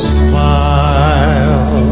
smile